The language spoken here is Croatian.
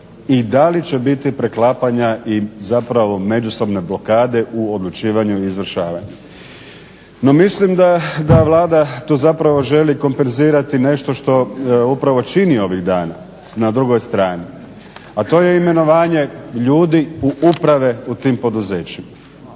i da li će biti preklapanja i zapravo međusobne blokade u odlučivanju i izvršavanju. No, mislim da Vlada to zapravo želi kompenzirati nešto što upravo čini ovih dana na drugoj strani, a to je imenovanje ljudi u uprave u tim poduzećima.